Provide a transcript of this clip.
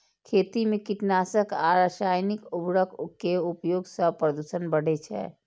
खेती मे कीटनाशक आ रासायनिक उर्वरक के उपयोग सं प्रदूषण बढ़ै छै